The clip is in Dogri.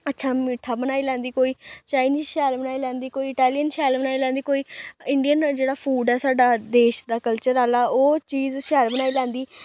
अच्छा मिट्ठा बनाई लैंदी कोई चाइनस शैल बनाई लैंदी कोई इटैलियन शैल बनाई लैंदी कोई इंडियन जेह्ड़ा फूड ऐ साड्डा देश दा कलचर आह्ला ओह् चीज शैल बनाई लैंदी